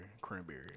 Cranberry